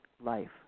life